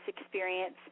experience